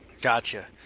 Gotcha